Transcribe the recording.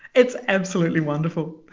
it's absolutely wonderful.